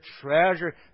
treasure